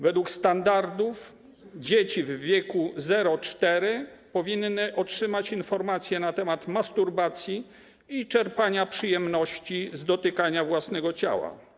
Według standardów dzieci w wieku 0–4 lat powinny otrzymać informacje na temat masturbacji i czerpania przyjemności z dotykania własnego ciała.